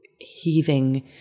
heaving